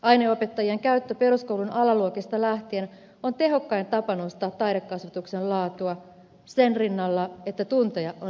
aineopettajien käyttö peruskoulun alaluokista lähtien on tehokkain tapa nostaa taidekasvatuksen laatua sen rinnalla että tunteja on riittävästi